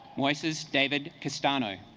voices david castano